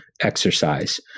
exercise